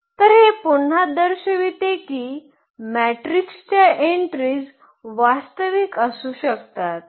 तर हे पुन्हा दर्शविते की मॅट्रिक्सच्या एन्ट्रीज वास्तविक असू शकतात